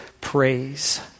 praise